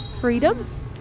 freedoms